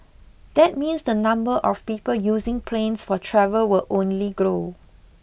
that means the number of people using planes for travel will only grow